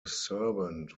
servant